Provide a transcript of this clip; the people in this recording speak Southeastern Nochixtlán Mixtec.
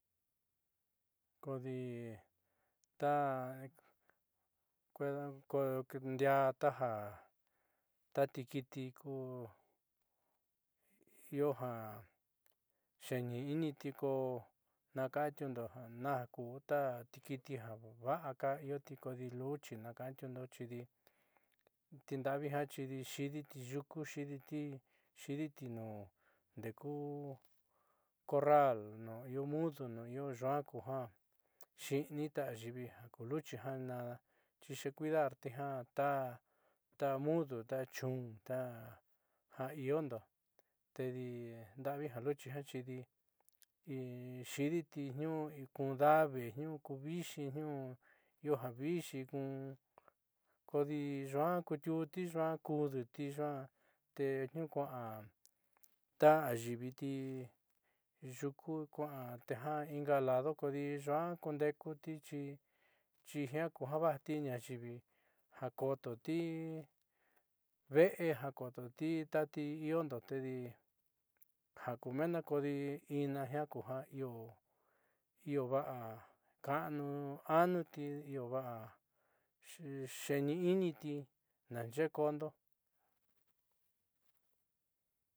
Kodi ta ndiaa ta tikiiti ku ioja ja xeeni'initi ko naaka'antiundo ja naajku ta tikiiti ja va'aka ioti kodi luchi naaka'antiundo xioli tinda'avi ju xidi xi'iditi yuku xi'iditi nu ndeku corral nuun io mudu nuun io yua'a kuja xi'ini ta ayiivi ja ku luchi ja xi xecuidarti jua ta mudo ta chun ja iondo tedi nda'avija luchi ja xidi xi'iditi nuiu kun da vi niuu kuvi'ixi niuu io ja vixi kun kodi yua'a kuuti'u'uti yua'a kuuduti yuaa te niuu kua'a ta ayiiviti yuku kua'a te inga lado kodi yua'a kundeekutixi jiaa ku ja ra'ati ña ayiivi ja kototi ve'e ja kototi tati iondo tedi ja ku mendo kodi ina jiao kuja io va'a ka'anu anuti io va'a xeeni'initi naaxee ko'óndo.